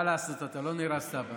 מה לעשות, אתה לא נראה סבא,